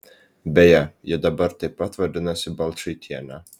beje ji dabar taip pat vadinasi balčaitiene